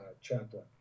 chaplain